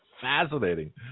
fascinating